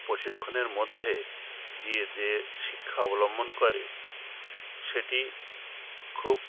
প্রশিক্ষণের মধ্যে দিয়ে যে শিক্ষা অবলম্বন করে সেটি খুব